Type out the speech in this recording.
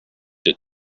had